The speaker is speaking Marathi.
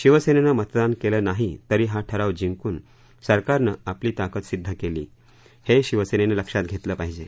शिवसेनेनं मतदान केलं नाही तरी हा ठराव जिंकून सरकारनं आपली ताकद सिद्ध केली हे शिवसेनेनं लक्षात घेतलं पाहिजे